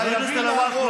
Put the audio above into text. חבר הכנסת אלהואשלה,